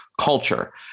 culture